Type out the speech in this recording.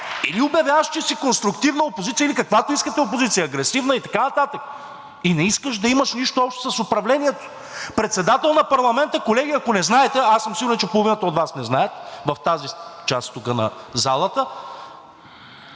или обявяваш, че си конструктивна опозиция, или каквато искате опозиция – агресивна и така нататък, и не искаш да имаш нищо общо с управлението. Председател на парламента, колеги, ако не знаете, а аз съм сигурен, че половината от Вас не знаят в тази част тук на залата